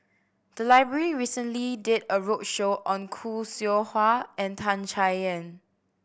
the library recently did a roadshow on Khoo Seow Hwa and Tan Chay Yan